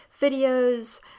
videos